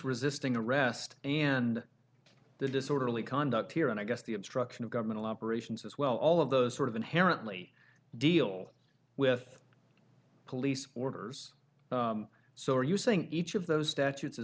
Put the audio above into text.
resisting arrest and the disorderly conduct here and i guess the obstruction of government elaborations as well all of those sort of inherently deal with police orders so are you saying each of those statutes is